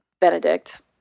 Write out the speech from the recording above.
Benedict